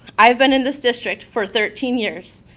i've been in this district for thirteen years,